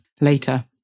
later